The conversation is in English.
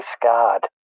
scarred